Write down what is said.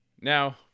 Now